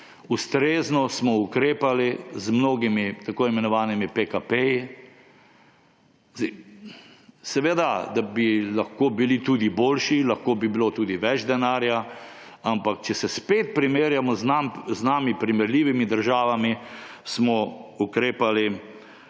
Ustrezno smo ukrepali z mnogimi tako imenovanimi PKP. Seveda bi lahko bili tudi boljši, lahko bi bilo tudi več denarja, ampak če se spet primerjamo z nami primerljivimi državami, smo ukrepali